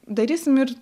darysim ir